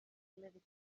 living